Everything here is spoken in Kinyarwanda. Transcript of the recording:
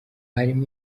harimo